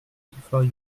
before